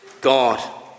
God